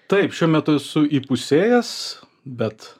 taip šiuo metu esu įpusėjęs bet